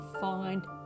find